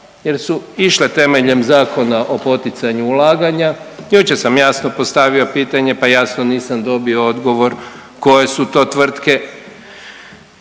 Jer su išle temeljem Zakona o poticanju ulaganja. Jučer sam jasno postavio pitanje, pa jasno nisam dobio odgovor koje su to tvrtke.